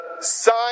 sign